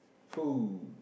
full